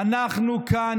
אנחנו כאן,